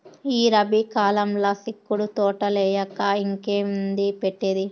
ఈ రబీ కాలంల సిక్కుడు తోటలేయక ఇంకేంది పెట్టేది